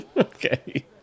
Okay